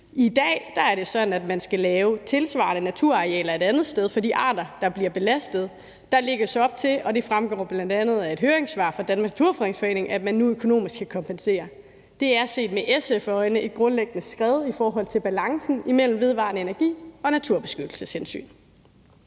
I dag er det sådan, at man skal lave tilsvarende naturarealer et andet sted for de arter, der bliver belastet. Der lægges op til, og det fremgår bl.a. af et høringssvar fra Danmarks Naturfredningsforening, at man ny økonomisk skal kompensere. Det er set med SF's øjne et grundlæggende skred i forhold til balancen mellem vedvarende energi og naturbeskyttelseshensyn.